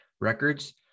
records